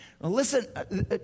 Listen